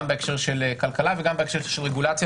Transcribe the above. גם בהקשר של כלכלה וגם בהקשר של רגולציה.